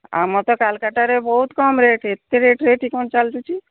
ଆମର ତ କାଲକାଟାରେ ବହୁତ କମ୍ ରେଟ୍ ଏତେ ରେଟ୍ ଏଇଠି କ'ଣ ଚାଲୁଛି